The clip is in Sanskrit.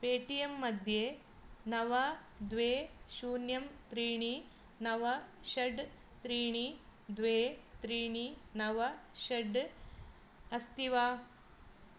पेटियेम् मध्ये नव द्वे शून्यं त्रीणि नव षट् त्रीणि द्वे त्रीणि नव षट् अस्ति वा